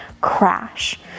crash